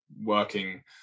working